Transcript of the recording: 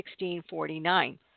1649